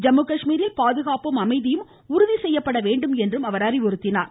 ஜம்மு காஷ்மீரில் பாதுகாப்பும் அமைதியும் உறுதி செய்யப்பட வேண்டும் என்றும் அவர் அறிவுறுத்தினார்